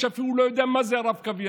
שהוא אפילו לא יודע מה זה הרב-קו הזה.